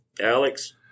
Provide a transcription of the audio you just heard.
Alex